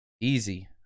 Easy